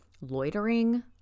loitering